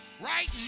right